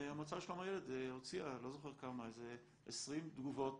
והמועצה לשלום הילד הוציאה כ-20 תגובות